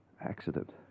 Accident